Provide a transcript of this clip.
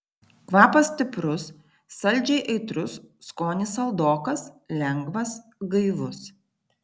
kvapas stiprus saldžiai aitrus skonis saldokas lengvas gaivus